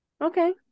Okay